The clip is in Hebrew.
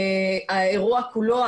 האירוע כולו,